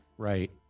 Right